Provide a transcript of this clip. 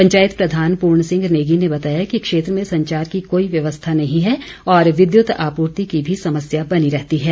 पंचायत प्रधान पूर्ण सिंह नेगी ने बताया कि क्षेत्र में संचार की कोई व्यवस्था नहीं है और विद्युत आपूर्ति की भी समस्या बनी रहती है